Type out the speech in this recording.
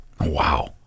Wow